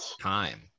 time